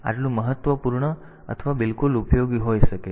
આટલું મહત્વપૂર્ણ અથવા બિલકુલ ઉપયોગી હોઈ શકે છે